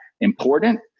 important